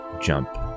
jump